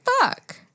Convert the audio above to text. fuck